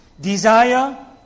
Desire